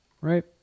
right